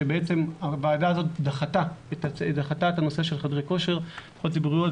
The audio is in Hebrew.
שבעצם הוועדה הזאת דחתה את הנושא של חדרי כושר ובריכות ציבוריות,